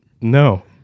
No